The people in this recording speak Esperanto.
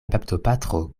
baptopatro